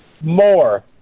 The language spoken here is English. More